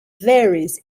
varies